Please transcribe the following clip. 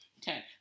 Ten